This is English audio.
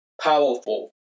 powerful